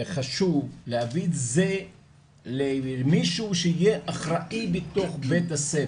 וחשוב להביא את זה למישהו שיהיה אחראי בתוך בית הספר,